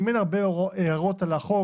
אם אין הרבה הערות על החוק,